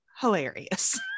Hilarious